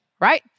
right